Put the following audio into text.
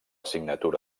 signatura